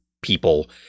people